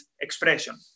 expression